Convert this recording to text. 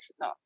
No